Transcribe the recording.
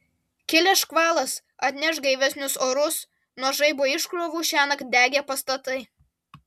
kilęs škvalas atneš gaivesnius orus nuo žaibo iškrovų šiąnakt degė pastatai